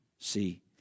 See